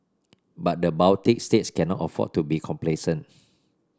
but the Baltic states cannot afford to be complacent